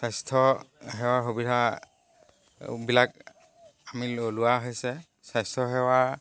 স্বাস্থ্য সেৱাৰ সুবিধা বিলাক আমি লোৱা হৈছে স্বাস্থ্য সেৱা